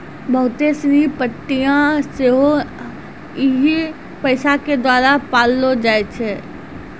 बहुते सिनी पार्टियां सेहो इहे पैसा के द्वारा पाललो जाय छै